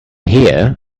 here